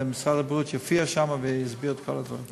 משרד הבריאות יופיע שם ויסביר את כל הדברים.